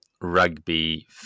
rugby